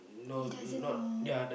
he doesn't know